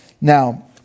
Now